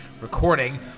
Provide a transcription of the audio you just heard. recording